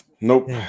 Nope